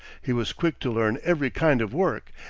he was quick to learn every kind of work,